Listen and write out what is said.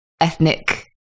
ethnic